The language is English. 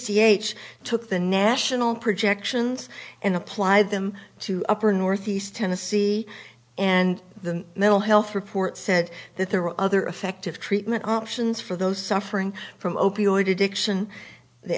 c h took the national projections and applied them to upper ne tennessee and the mental health report said that there were other effective treatment options for those suffering from opioid addiction they